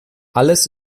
alles